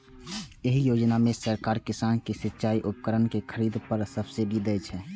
एहि योजना मे सरकार किसान कें सिचाइ उपकरण के खरीद पर सब्सिडी दै छै